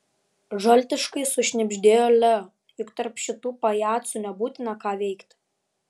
žaltiškai sušnibždėjo leo juk tarp šitų pajacų nebūna ką veikti